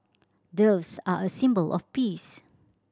doves are a symbol of peace